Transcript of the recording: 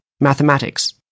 mathematics